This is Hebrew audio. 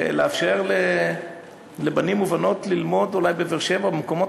לאפשר לבנים ולבנות ללמוד אולי בבאר-שבע או במקומות